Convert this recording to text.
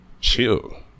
chill